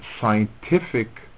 scientific